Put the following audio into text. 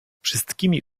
wszystkimi